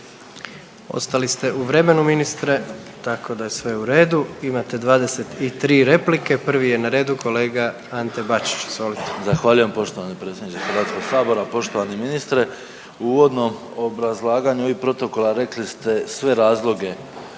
Ostali ste u vremenu ministre tako da je sve u redu. Imate 23 replike, prvi je na redu kolega Ante Bačić. Izvolite. **Bačić, Ante (HDZ)** Zahvaljujem poštovani predsjedniče Hrvatskog sabora. Poštovani ministre u uvodnom obrazlaganju ovih protokola rekli ste sve razloge